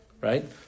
right